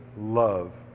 love